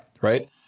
right